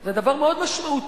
זה דבר מאוד משמעותי,